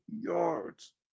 yards